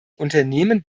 unternehmen